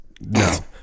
no